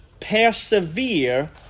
persevere